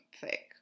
thick